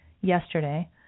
yesterday